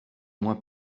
moins